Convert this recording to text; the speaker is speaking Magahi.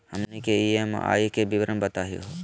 हमनी के ई.एम.आई के विवरण बताही हो?